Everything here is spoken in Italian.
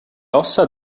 ossa